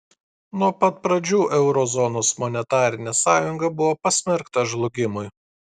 nuo pat pradžių euro zonos monetarinė sąjunga buvo pasmerkta žlugimui